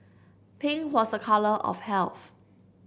pink was a colour of health